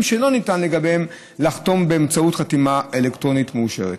שלא ניתן לגביהם לחתום באמצעות חתימה אלקטרונית מאושרת.